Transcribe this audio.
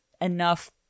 enough